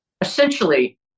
essentially